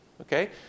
Okay